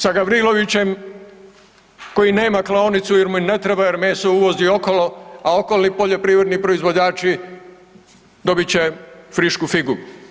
Sa Gavrilovićem koji nema klaonicu jer mu i ne treba jer meso uvozi okolo, a okolni poljoprivredni proizvođači dobit će frišku figu.